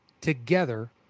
together